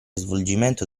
svolgimento